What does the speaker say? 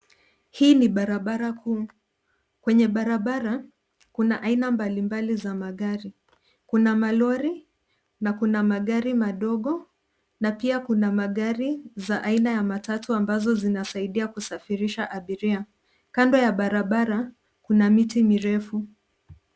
Hii ni barabara kuu ,kwenye barabara kuna aina mbalimbali za magari kuna malori na kuna magari madogo na pia magari za aina ya matatu ambazo zinasaidia kusafirisha abiria, kando ya barabara kuna miti mirefu.